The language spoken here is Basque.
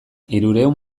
hirurehun